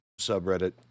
subreddit